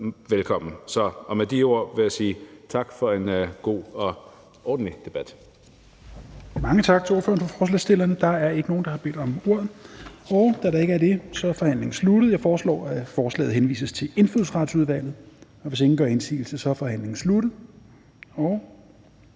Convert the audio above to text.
velkommen. Og med de ord vil jeg sige tak for en god og ordentlig debat.